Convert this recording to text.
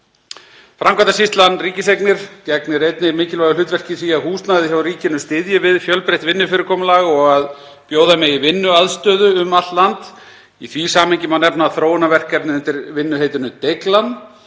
Framkvæmdasýslan – Ríkiseignir gegnir einnig mikilvægu hlutverki í því að húsnæði hjá ríkinu styðji við fjölbreytt vinnufyrirkomulag og að bjóða megi vinnuaðstöðu um allt land. Í því samhengi má nefna þróunarverkefni undir vinnuheitinu Deiglan